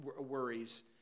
worries